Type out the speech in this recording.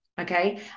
Okay